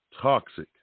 toxic